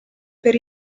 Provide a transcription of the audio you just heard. per